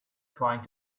trying